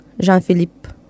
Jean-Philippe